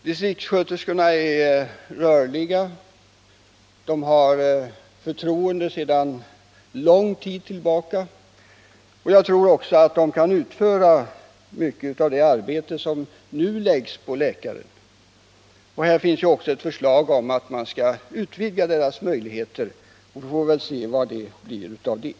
Distriktssköterskorna är rörliga, och de åtnjuter sedan lång tid människors förtroende. Jag tror också att de kan utföra mycket av det arbete som nu läggs på läkaren. Här finns också ett förslag om att man skall utvidga distriktssköterskornas möjligheter till utveckling av sitt arbetsområde, och vi får väl se vad som blir av det.